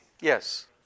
Yes